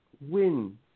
win